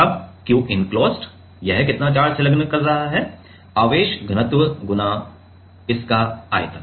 अब Q enclosed यह कितना चार्ज संलग्न कर रहा है आवेश घनत्व × इसका आयतन